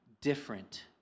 different